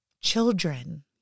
children